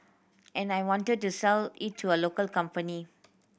and I wanted to sell it to a local company